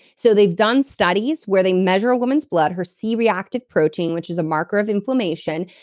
so they've done studies where they measure a woman's blood her c-reactive protein, which is a marker of inflammation,